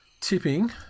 tipping